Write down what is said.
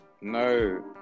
No